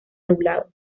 nublado